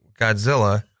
Godzilla